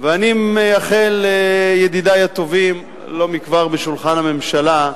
ואני מאחל לידידי הטובים, לא מכבר בשולחן הממשלה,